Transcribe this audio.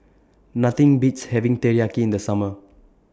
Nothing Beats having Teriyaki in The Summer